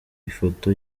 ifoto